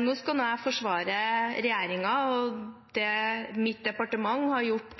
Nå skal jo jeg forsvare regjeringen og det mitt departement har gjort